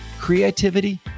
creativity